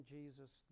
Jesus